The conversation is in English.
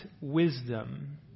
wisdom